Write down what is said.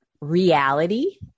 reality